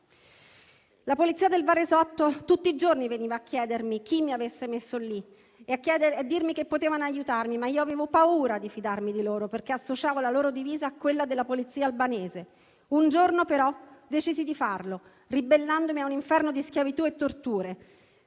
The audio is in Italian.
La Polizia del Varesotto tutti i giorni veniva a chiedermi chi mi avesse messo lì e a dirmi che potevano aiutarmi, ma io avevo paura di fidarmi di loro perché associavo la loro divisa a quella della Polizia albanese. Un giorno, però, decisi di farlo, ribellandomi a un inferno di schiavitù e torture,